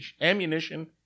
Ammunition